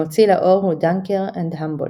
המוציא לאור הוא Duncker &Humblot.